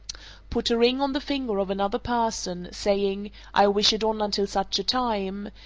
put a ring on the finger of another person, saying, i wish it on until such a time,